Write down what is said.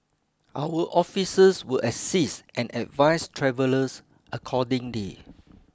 our officers will assist and advise travellers accordingly